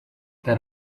that